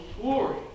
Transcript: glory